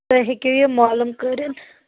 تُہۍ ہیٚکِو یہِ مولوٗم کٔرِتھ